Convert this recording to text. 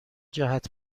جهت